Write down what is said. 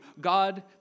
God